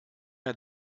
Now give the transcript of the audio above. der